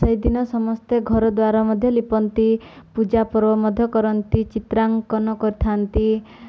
ସେହିଦିନ ସମସ୍ତେ ଘରଦ୍ୱାର ମଧ୍ୟ ଲିପନ୍ତି ପୂଜାପର୍ବ ମଧ୍ୟ କରନ୍ତି ଚିତ୍ରାଙ୍କନ କରିଥାନ୍ତି